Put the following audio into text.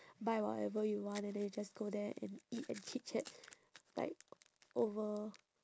buy whatever you want and then you just go there and eat and chitchat like over